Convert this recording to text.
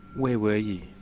where were you?